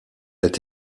est